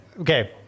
okay